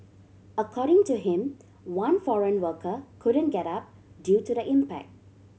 according to him one foreign worker couldn't get up due to the impact